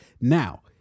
Now